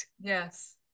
Yes